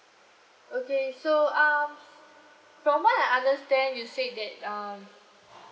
okay so um from what I understand you said that um